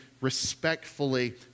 respectfully